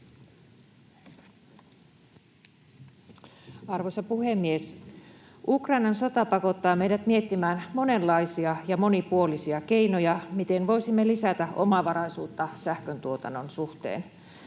Arvoisa puhemies! Ukrainan sota pakottaa meidät miettimään monenlaisia ja monipuolisia keinoja, miten voisimme lisätä omavaraisuutta sähköntuotannon suhteen.